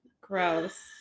Gross